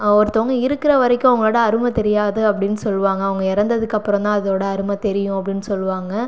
ஒருத்தவங்கள் இருக்கிற வரைக்கும் அவங்களோட அருமை தெரியாது அப்படின்னு சொல்வாங்க அவங்க இறந்ததுக்கு அப்புறம் தான் அதோடய அருமை தெரியும் அப்படின்னு சொல்லுவாங்க